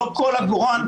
לא כל עגורן.